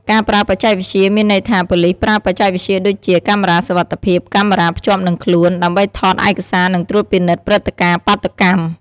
ការប្រើបច្ចេកវិទ្យា មានន័យថា ប៉ូលីសប្រើបច្ចេកវិទ្យាដូចជា កាមេរ៉ាសុវត្ថិភាព , កាមេរ៉ាភ្ជាប់និងខ្លួន ដើម្បីថតឯកសារនិងត្រួតពិនិត្យព្រឹត្តិការណ៍បាតុកម្ម។